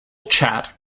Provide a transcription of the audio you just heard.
chat